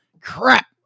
crap